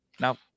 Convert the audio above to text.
No